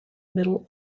middle